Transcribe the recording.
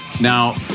Now